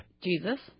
Jesus